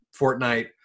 Fortnite